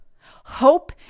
Hope